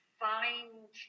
find